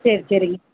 சரி சரிங்க